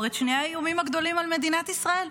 את שני האיומים הגדולים על מדינת ישראל.